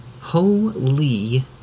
Holy